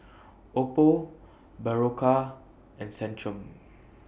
Oppo Berocca and Centrum